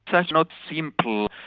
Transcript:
that's not simple,